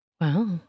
Wow